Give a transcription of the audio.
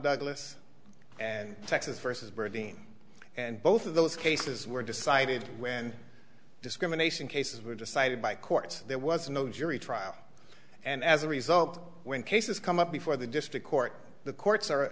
douglas and texas vs birdeen and both of those cases were decided when discrimination cases were decided by courts there was no jury trial and as a result when cases come up before the district court the courts are